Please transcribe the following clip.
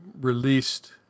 released